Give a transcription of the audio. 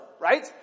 Right